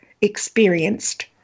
experienced